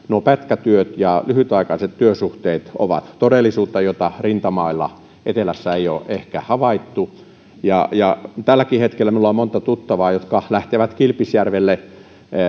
pätkätyöt ja lyhytaikaiset työsuhteet ovat todellisuutta mitä rintamailla etelässä ei ole ehkä havaittu tälläkin hetkellä minulla on monta tuttavaa jotka lähtevät kilpisjärvelle